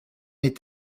mes